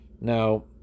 now